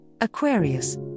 Aquarius